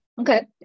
Okay